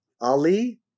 Ali